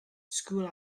school